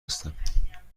هستم